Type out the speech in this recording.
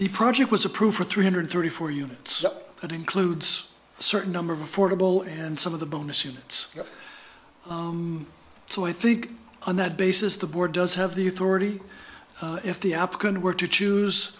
the project was approved for three hundred thirty four units that includes a certain number of affordable and some of the bonus units so i think on that basis the board does have the authority if the applicant were to choose